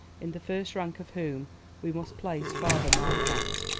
in the first rank of whom we must place father marquette,